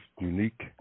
unique